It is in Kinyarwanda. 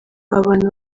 abantu